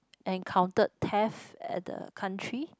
encountered theft at the country